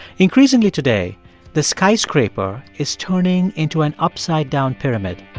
increasingly, today the skyscraper is turning into an upside-down pyramid